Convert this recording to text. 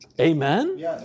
Amen